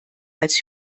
als